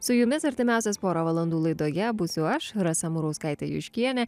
su jumis artimiausias porą valandų laidoje būsiu aš rasa murauskaitė juškienė